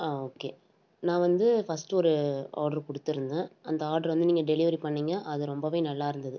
ஆ okay நான் வந்து first ஒரு ஆட்ரு கொடுத்து இருந்தேன் அந்த ஆட்ரு வந்து நீங்கள் டெலிவரி பண்ணிங்க அது ரொம்ப நல்லா இருந்தது